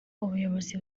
ubuyobozi